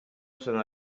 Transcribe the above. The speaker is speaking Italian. sono